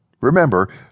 Remember